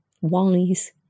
wise